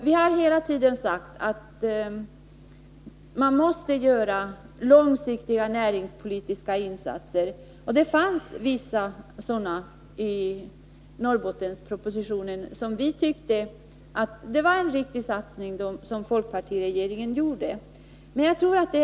Vi har hela tiden sagt att man måste göra långsiktiga näringspolitiska insatser. Det fanns vissa sådana förslag i Norrbottenspropositionen. Vi tyckte att det var en riktig satsning som folkpartiregeringen där gjorde.